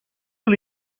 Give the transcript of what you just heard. yıl